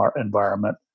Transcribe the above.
environment